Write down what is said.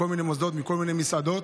מכל מיני מוסדות ומכל מיני מסעדות,